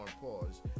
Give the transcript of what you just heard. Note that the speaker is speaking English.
Pause